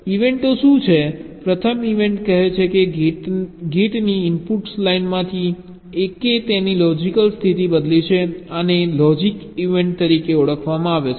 ઇવેન્ટઓ શું છે પ્રથમ ઇવેન્ટ કહે છે કે ગેટની ઇનપુટ લાઇન્સમાંથી એકે તેની લોજીક સ્થિતિ બદલી છે આને લોજીક ઇવેન્ટ તરીકે ઓળખવામાં આવે છે